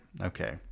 Okay